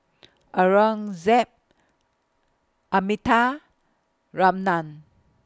Aurangzeb Amitabh Ramnath